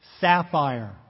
sapphire